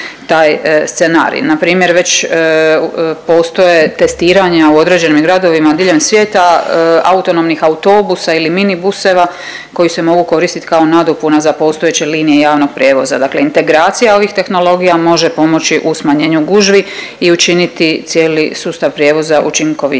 Npr. već postoje testiranja u određenim gradovima diljem svijeta autonomnih autobusa ili mini buseva koji se mogu koristit kao nadopuna za postojeće linije javnog prijevoza. Dakle, integracija ovih tehnologija može pomoći u smanjenju gužvi i učiniti cijeli sustav prijevoza učinkovitijim.